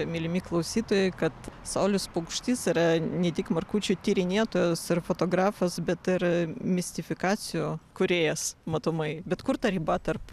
mylimi klausytojai kad saulius paukštys yra ne tik markučių tyrinėtojas ir fotografas bet ir mistifikacijų kūrėjas matomai bet kur ta riba tarp